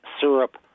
syrup